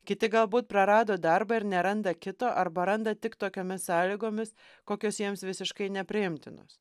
kiti galbūt prarado darbą ir neranda kito arba randa tik tokiomis sąlygomis kokios jiems visiškai nepriimtinos